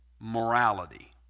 morality